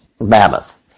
mammoth